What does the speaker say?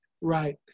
Right